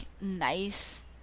nice